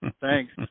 thanks